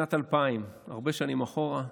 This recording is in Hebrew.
לשנת 2000, הרבה שנים אחורה.